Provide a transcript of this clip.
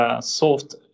soft